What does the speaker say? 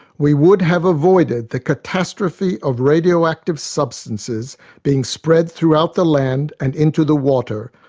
we would have avoided the catastrophe of radioactive substances being spread throughout the land and into the water,